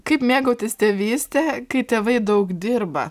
kaip mėgautis tėvyste kai tėvai daug dirba